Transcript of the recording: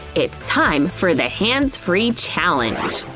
it's time for the hands-free challenge!